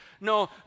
no